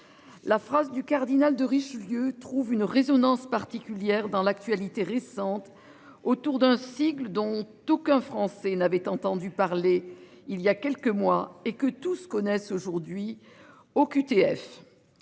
La phrase du cardinal de Richelieu trouve une résonance particulière dans l'actualité récente autour d'un sigle dont aucun Français n'avait entendu parler il y a quelques mois et que tous se connaissent aujourd'hui OQTF.